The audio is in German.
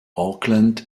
auckland